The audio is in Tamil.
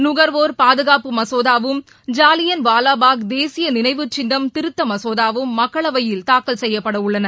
நுகர்வோர் பாதுகாப்பு மசோதாவும் ஜாலியன்வாலாபாக் தேசிய நினைவுச்சின்னம் திருத்த மசோதாவும் மக்களவையில் தாக்கல் செய்யப் படவுள்ளன